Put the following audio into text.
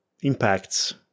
impacts